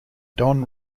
don